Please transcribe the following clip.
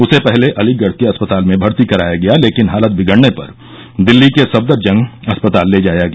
उसे पहले अलीगढ़ के अस्पताल में भर्ती कराया गया लेकिन हालत बिगड़ने पर दिल्ली के सफदरजंग अस्पताल ले जाया गया